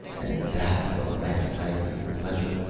and that's the last agony of pleasure!